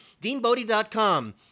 DeanBodie.com